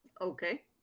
Okay